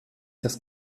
das